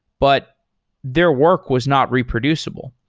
but their work was not reproducible.